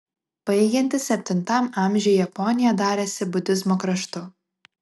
baigiantis septintam amžiui japonija darėsi budizmo kraštu